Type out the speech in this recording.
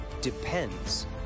depends